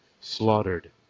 slaughtered